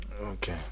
Okay